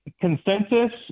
consensus